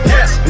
Yes